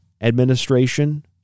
administration